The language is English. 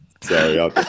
Sorry